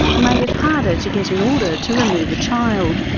made it harder to get an order to remove a child.